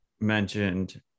mentioned